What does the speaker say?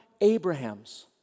Abrahams